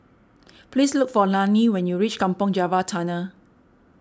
please look for Lani when you reach Kampong Java Tunnel